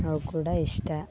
ಅವು ಕೂಡ ಇಷ್ಟ